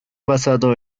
basado